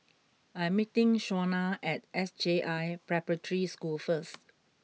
I'm meeting Shauna at S J I Preparatory School first